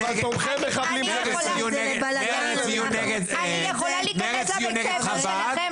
אני יכולה להיכנס לבית ספר שלכם,